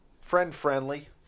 friend-friendly